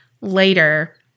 later